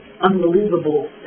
unbelievable